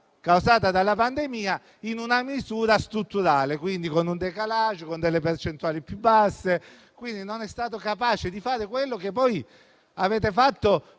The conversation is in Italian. causata dalla pandemia, in una misura strutturale, con un *décalage* e con delle percentuali più basse. Non è stato capace di fare quello che avete fatto